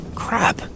crap